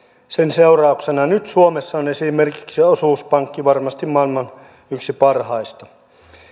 sen seurauksena nyt suomessa on esimerkiksi osuuspankki varmasti yksi maailman parhaista keski